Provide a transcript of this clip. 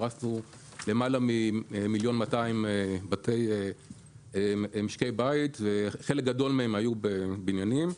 פרסנו למעלה ממיליון ו-200 אלף משקי בית וחלק גדול מהם היו בבניינים.